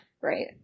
right